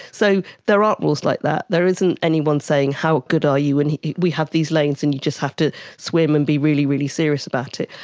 so there aren't rules like that, there isn't anyone saying how good are you and we have these lanes and you just have to swim and be really, really serious about it.